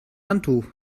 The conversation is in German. handtuch